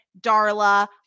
Darla